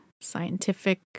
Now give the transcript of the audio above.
scientific